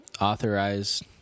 authorized